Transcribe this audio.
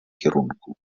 kierunku